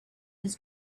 his